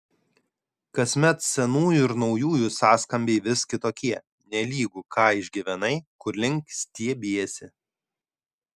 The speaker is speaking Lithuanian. kasmet senųjų ir naujųjų sąskambiai vis kitokie nelygu ką išgyvenai kur link stiebiesi